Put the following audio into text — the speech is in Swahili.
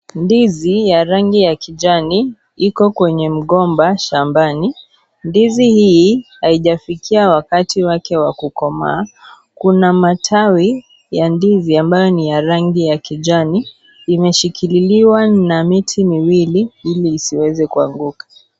Ndizi ya rangi ya kijani, iko kwenye mgomba shambani. Ndizi hii, haijafikia wakati wake wa kukomaa. Kuna matawi ya ndizi ambayo ni ya rangi ya kijani. Imeshikililiwa na miti miwili ili isiweze kuanguka.